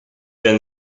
then